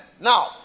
Now